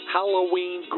Halloween